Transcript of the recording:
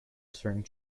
entering